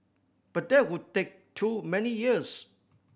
but that would take too many years